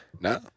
No